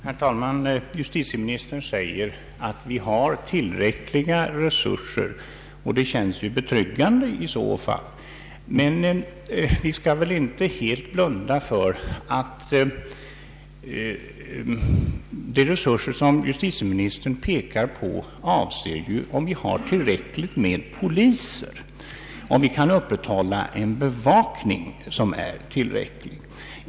Herr talman! Justitieministern säger att vi har tillräckliga resurser, och det känns ju betryggande i så fall. Vi får dock inte blunda för att de resurser som justitieministern pekar på avser antalet poliser; om vi har tillräckligt många poliser och om vi kan upprätthålla en tillräckligt effektiv bevakning.